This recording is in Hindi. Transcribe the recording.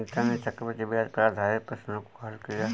अनीता ने चक्रवृद्धि ब्याज पर आधारित प्रश्नों को हल किया